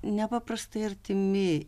nepaprastai artimi